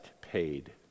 paid